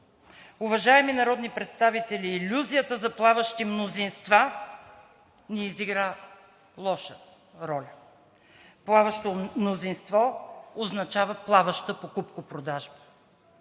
Уважаеми народни представители, илюзията за плаващи мнозинства ни изигра лоша роля. Плаващо мнозинство означава плаваща покупко-продажба